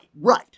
right